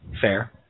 Fair